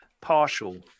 partial